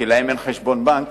כי להם אין חשבון בנק,